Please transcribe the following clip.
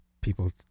people